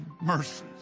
mercies